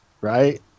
right